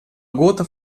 gota